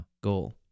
goal